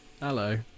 Hello